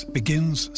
begins